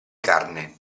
carne